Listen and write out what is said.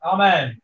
Amen